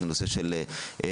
הנושא של עיסוק